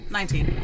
Nineteen